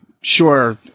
sure